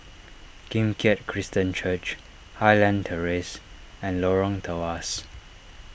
Kim Keat Christian Church Highland Terrace and Lorong Tawas